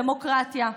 דמוקרטיה,